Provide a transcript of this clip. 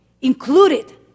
included